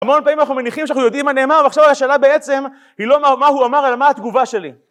המון פעמים אנחנו מניחים שאנחנו יודעים מה נאמר ועכשיו השאלה בעצם היא לא מה הוא אמר אלא מה התגובה שלי